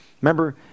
Remember